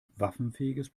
waffenfähiges